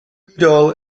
goodall